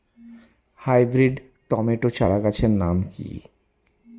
Hybrid tomato চারাগাছের নাম কি?